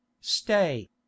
stay